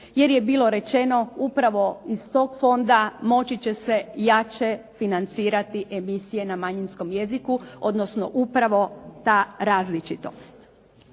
jer je bilo rečeno upravo iz tog fonda moći će se jače financirati emisije na manjinskom jeziku, odnosno upravo ta različitost.